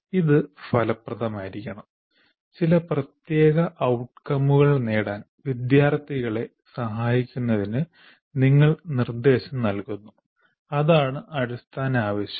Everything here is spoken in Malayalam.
ഇത് ഫലപ്രദമായിരിക്കണം ചില പ്രത്യേക ഔട്കമുകൾ നേടാൻ വിദ്യാർത്ഥികളെ സഹായിക്കുന്നതിന് നിങ്ങൾ നിർദ്ദേശം നൽകുന്നു അതാണ് അടിസ്ഥാന ആവശ്യം